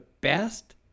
best